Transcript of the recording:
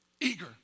eager